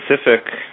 specific